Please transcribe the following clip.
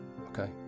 Okay